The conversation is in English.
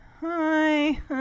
hi